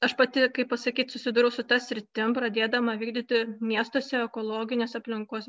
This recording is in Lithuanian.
aš pati kaip pasakyt susidūriau su ta sritim pradėdama vykdyti miestuose ekologinius aplinkos